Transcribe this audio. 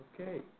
Okay